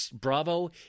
Bravo